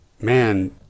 man